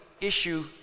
issue